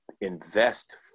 invest